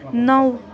नौ